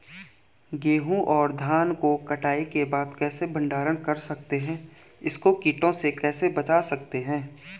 गेहूँ और धान को कटाई के बाद कैसे भंडारण कर सकते हैं इसको कीटों से कैसे बचा सकते हैं?